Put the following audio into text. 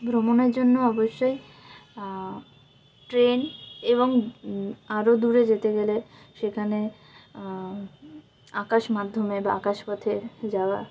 ভ্রমণের জন্য অবশ্যই ট্রেন এবং আরো দূরে যেতে গেলে সেখানে আকাশ মাধ্যমে বা আকাশ পথে যাওয়া